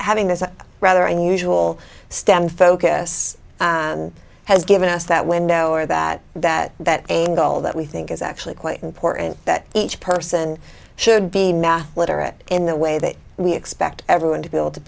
having this rather unusual stem focus and has given us that window or that that that a goal that we think is actually quite important that each person should be literate in the way that we expect everyone to be able to